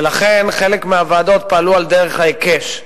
ולכן חלק מהוועדות פעלו על דרך ההיקש.